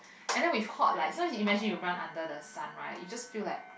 and then we hot like so imagine you run under the sun right you just feel like